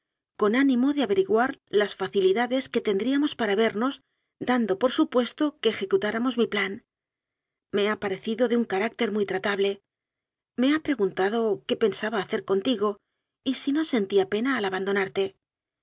con ánimo de averi guar las facilidades que tendríamos para vernos dando por supuesto que ejecutáramos mi plan me ha parecido de un carácter muy tratable me ha preguntado qué pensaba hacer contigo y si no sentía pena al abandonarte